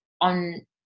on